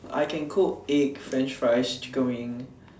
I can cook eggs french fries and chicken wing